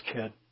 kid